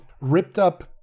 ripped-up